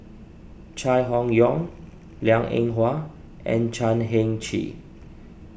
Chai Hon Yoong Liang Eng Hwa and Chan Heng Chee